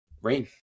rain